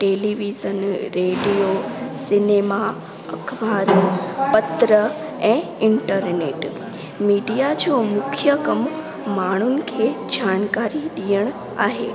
television radio cinema अखबार पत्र ऐं इंटरनेट मीडिया जो मुख्य कमु माण्हुनि खे जानकारी ॾियणु आहे